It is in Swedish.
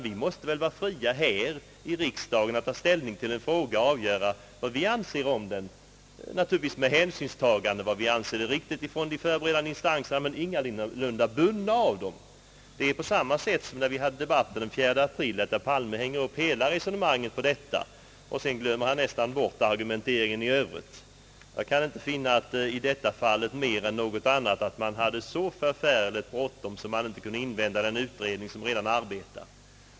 Vi måste väl här i riksdagen vara fria att ta ställning till en fråga och säga vad vi anser om den, naturligtvis med hänsynstagande till vad vi anser vara riktigt från de förberedande instanserna. Men vi bör ingalunda vara bundna av dem. Det är på samma sätt som när vi hade debatten den 4 april att herr Palme hänger upp hela resonemanget på detta och nästan glömmer bort argumenteringen i övrigt. Jag kan inte finna att man i detta fall — mer än i något annat — hade så förfärligt bråttom att man inte kunde invänta den utredning som redan arbetar.